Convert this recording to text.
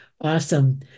awesome